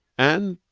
and,